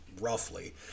roughly